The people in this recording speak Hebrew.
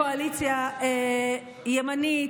קואליציה ימנית,